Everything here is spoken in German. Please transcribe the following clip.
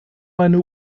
meine